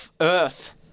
earth